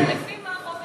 כן, לפי מה חופש